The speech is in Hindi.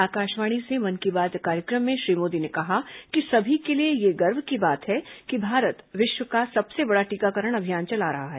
आकाशवाणी से मन की बात कार्यक्रम में श्री मोदी ने कहा कि सभी के लिए यह गर्व की बात है कि भारत में विश्व का सबसे बड़ा टीकाकरण अभियान चल रहा है